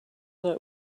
that